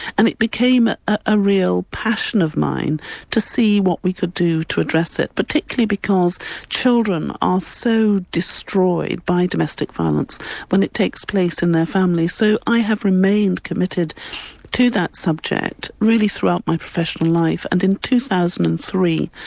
and it became a real passion of mine to see what we could do to address it, particularly because children are so destroyed by domestic violence when it takes place in their families. so i have remained committed to that subject, really throughout my professional life, and in two thousand and three,